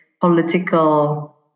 political